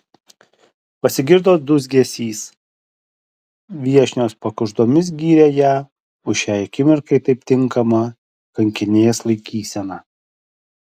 pasigirdo dūzgesys viešnios pakuždomis gyrė ją už šiai akimirkai taip tinkamą kankinės laikyseną